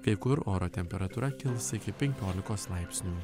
kai kur oro temperatūra kils iki penkiolikos laipsnių